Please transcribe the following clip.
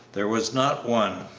there was not one,